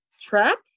trap